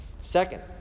Second